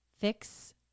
fix